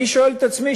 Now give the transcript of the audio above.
אני שואל את עצמי,